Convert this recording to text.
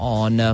on